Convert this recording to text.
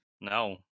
No